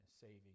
saving